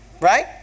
Right